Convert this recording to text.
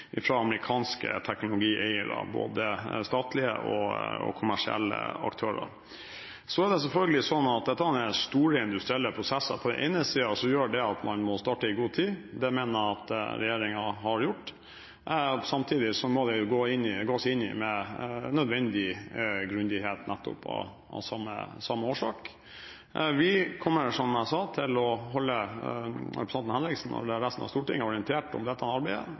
amerikanske teknologieiere, både statlige og kommersielle aktører. Så er dette selvfølgelig store industrielle prosesser. På den ene siden gjør det at man må starte i god tid. Det mener jeg at regjeringen har gjort. Samtidig må det gås inn i med nødvendig grundighet, nettopp av samme årsak. Vi kommer, som jeg sa, til å holde representanten Henriksen og resten av Stortinget orientert om dette arbeidet